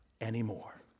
anymore